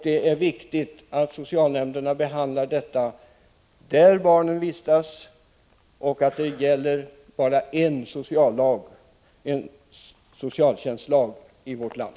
Det är viktigt att påpeka att socialnämnderna skall behandla ärendena på den plats där barnen vistas och att det bara finns en socialtjänstlag i vårt land.